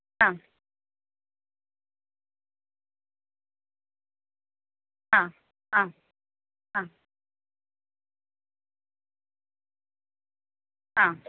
ആ ആ ആ ആ ആ